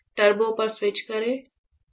turbo पर switch करें